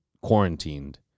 quarantined